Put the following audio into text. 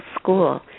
school